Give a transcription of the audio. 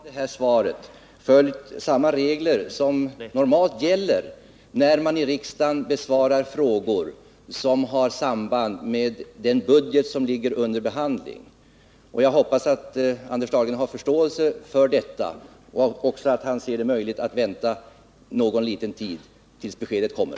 Herr talman! Jag har vid avlämnandet av mitt svar följt de regler som normalt gäller när man i riksdagen besvarar frågor som har samband med den budget som är under utarbetande, och jag hoppas att Anders Dahlgren har förståelse för detta. Jag hoppas att han också ser det möjligt att vänta någon liten tid tills beskedet kommer.